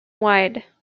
wide